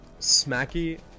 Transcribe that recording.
Smacky